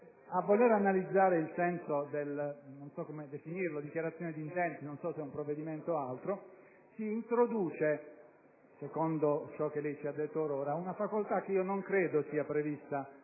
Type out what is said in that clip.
A voler analizzare il senso della sua dichiarazione d'intenti (non so se è un provvedimento o altro), si introduce, secondo ciò che lei ci ha detto or ora, una facoltà, che non credo sia prevista